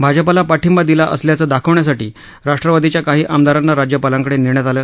भाजपाला पाठिंबा दिला असल्याचं दाखवण्यासाठी राष्ट्रवादीच्या काही आमदारांना राज्यपालांकडे नेण्यात आलं